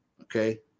okay